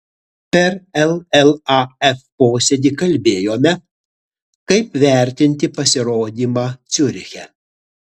per llaf posėdį kalbėjome kaip vertinti pasirodymą ciuriche